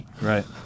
Right